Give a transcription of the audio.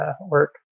work